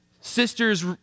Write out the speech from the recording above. sister's